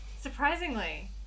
Surprisingly